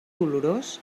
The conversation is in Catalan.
dolorós